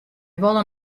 wolle